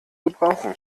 gebrauchen